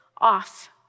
off